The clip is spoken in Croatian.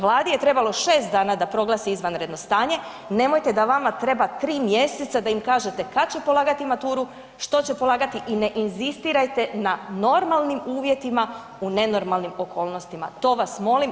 Vladi je trebalo šest dana da proglasi izvanredno stanje, nemojte da vama treba tri mjeseca da im kažete kada će polagati maturu, što će polagati i ne inzistirajte na normalnim uvjetima u nenormalnim okolnostima, to vas molim.